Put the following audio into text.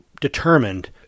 determined